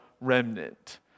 remnant